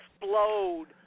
explode